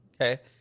Okay